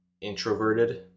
introverted